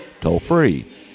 toll-free